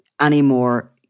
anymore